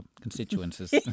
constituencies